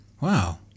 Wow